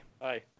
Hi